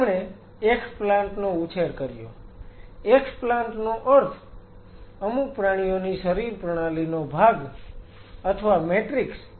તેમણે એક્સપ્લાન્ટ નો ઉછેર કર્યો એક્સપ્લાન્ટ નો અર્થ અમુક પ્રાણીઓની શરીર પ્રણાલીનો ભાગ અથવા મેટ્રિક્સ